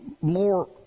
more